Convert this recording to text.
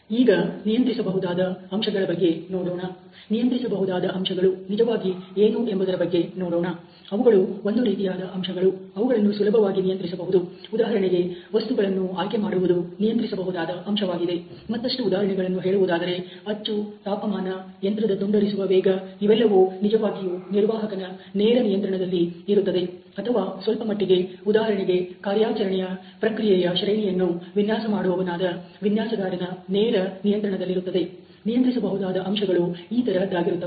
ಈಗ ನಿಯಂತ್ರಿಸಬಹುದಾದ ಅಂಶಗಳ ಬಗ್ಗೆ ನೋಡೋಣ ನಿಯಂತ್ರಿಸಬಹುದಾದ ಅಂಶಗಳು ನಿಜವಾಗಿ ಏನು ಎಂಬುದರ ಬಗ್ಗೆ ನೋಡೋಣ ಅವುಗಳು ಒಂದು ರೀತಿಯಾದ ಅಂಶಗಳು ಅವುಗಳನ್ನು ಸುಲಭವಾಗಿ ನಿಯಂತ್ರಿಸಬಹುದು ಉದಾಹರಣೆಗೆ ವಸ್ತುಗಳನ್ನು ಆಯ್ಕೆ ಮಾಡುವುದು ನಿಯಂತ್ರಿಸಬಹುದಾದ ಅಂಶವಾಗಿದೆ ಮತ್ತಷ್ಟು ಉದಾಹರಣೆಗಳನ್ನು ಹೇಳುವುದಾದರೆ ಅಚ್ಚು ತಾಪಮಾನ ಯಂತ್ರದ ತುಂಡರಿಸುವ ವೇಗ ಇವೆಲ್ಲವೂ ನಿಜವಾಗಿಯೂ ನಿರ್ವಾಹಕನ ನೇರ ನಿಯಂತ್ರಣದಲ್ಲಿ ಇರುತ್ತವೆ ಅಥವಾ ಸ್ವಲ್ಪಮಟ್ಟಿಗೆ ಉದಾಹರಣೆಗೆ ಕಾರ್ಯಾಚರಣೆಯ ಪ್ರಕ್ರಿಯೆಯ ಶ್ರೇಣಿಯನ್ನು ವಿನ್ಯಾಸ ಮಾಡುವವನಾದ ವಿನ್ಯಾಸಗಾರನ ನೇರ ನಿಯಂತ್ರಣದಲ್ಲಿರುತ್ತದೆ ನಿಯಂತ್ರಿಸಬಹುದಾದ ಅಂಶಗಳು ಈ ತರಹದ್ದಾಗಿರುತ್ತವೆ